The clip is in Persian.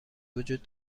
وجود